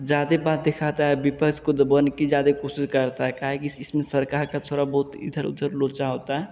ज़्यादा बात दिखाता है विपक्ष को दबाने की ज़्यादा कोशिश करता है काहे कि इस इसमें सरकार का थोड़ा बहुत इधर उधर लोचा होता है